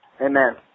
Amen